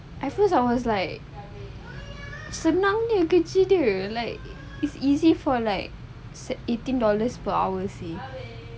at first I was like senangnya kerjanya like it's easy for like eighteen dollars per hour seh